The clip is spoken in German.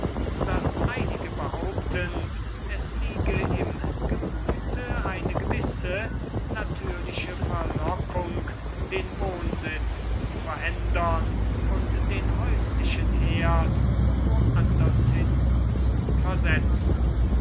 daß einige behaupten es liege im gemüthe eine gewisse natürliche verlockung den wohnsitz zu verändern und den häuslichen herd wo andershin zu versetzen